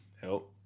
help